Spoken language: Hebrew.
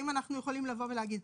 האם אנחנו יכולים לבוא ולהגיד,